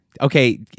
Okay